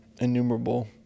innumerable